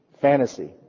fantasy